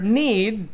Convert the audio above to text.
need